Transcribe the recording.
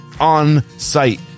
On-site